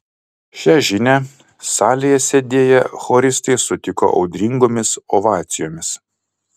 šią žinią salėje sėdėję choristai sutiko audringomis ovacijomis